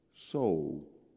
soul